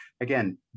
again